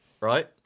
right